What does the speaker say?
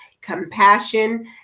compassion